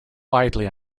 widely